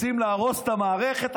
רוצים להרוס את המערכת?